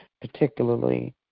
particularly